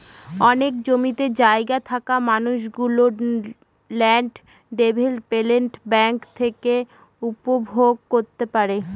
অনেক জমি জায়গা থাকা মানুষ গুলো ল্যান্ড ডেভেলপমেন্ট ব্যাঙ্ক থেকে উপভোগ করতে পারে